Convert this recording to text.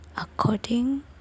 according